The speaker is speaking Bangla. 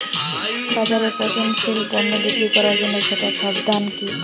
বাজারে পচনশীল পণ্য বিক্রি করার জন্য সেরা সমাধান কি?